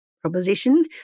proposition